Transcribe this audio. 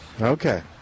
Okay